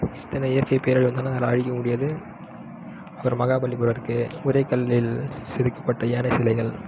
எத்தனை இயற்கை பேரழிவு வந்தாலும் அதை அழிக்க முடியாது அப்புறம் மகாபலிபுரம் இருக்கு ஒரே கல்லில் செதுக்கப்பட்ட யானை சிலைகள்